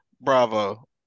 Bravo